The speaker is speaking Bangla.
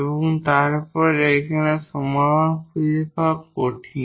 এবং তারপরে এখানে সমাধান খুঁজে পাওয়া কঠিন